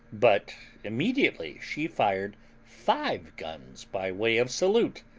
but immediately she fired five guns by way of salute,